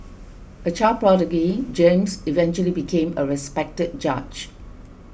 a child prodigy James eventually became a respected judge